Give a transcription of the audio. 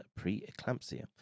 preeclampsia